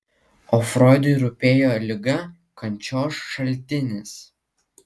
o froidui rūpėjo liga kančios šaltinis